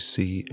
see